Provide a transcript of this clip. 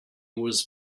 was